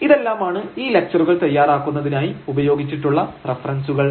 ഇതെല്ലാമാണ് ഈ ലക്ച്ചറുകൾ തയ്യാറാക്കുന്നതിനായി ഉപയോഗിച്ചിട്ടുള്ള റഫറൻസുകൾ